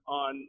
on